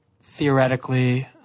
theoretically